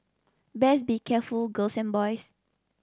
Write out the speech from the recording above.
best be careful girls and boys